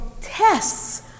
tests